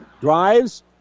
drives